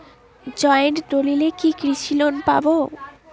Joint দলিলে কি কৃষি লোন পাব?